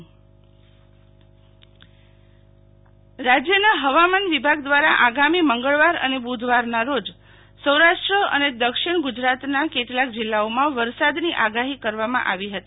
શીતલ વૈશ્નવ હવામાન રાજ્યના હવામાન વિભાગ દ્વારા આગામી મંગળવાર અને બુધવારના રોજ સૌરાષ્ટ્ર અને દક્ષિણ ગુજરાતના કેટલાક જિલ્લાઓમાં વરસાદની આગાહી કરવામં આવી હતી